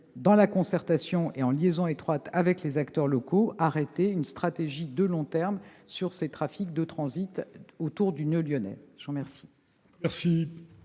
dans la concertation, et en liaison étroite avec les acteurs locaux, arrêter une stratégie de long terme sur ces trafics de transit autour du noeud lyonnais.